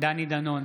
דני דנון,